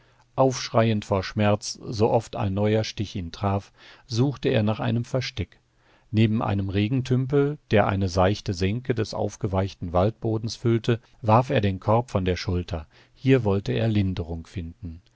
aufschreiend vor schmerz sooft ein neuer stich ihn traf suchte er nach einem versteck neben einem regentümpel der eine seichte senke des aufgeweichten waldbodens füllte warf er den korb von der schulter hier wollte er linderung finden